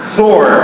Thor